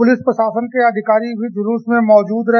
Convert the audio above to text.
police प्रशासन के अधिकारी भी जुलूस में मौजूद रहे